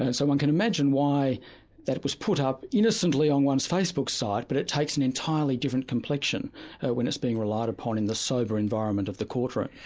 and so one can imagine why that was put up innocently on one's facebook site, but it takes an entirely different complexion when it's being relied upon in the sober environment of the court room.